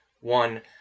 one